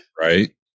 right